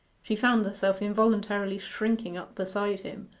she found herself involuntarily shrinking up beside him,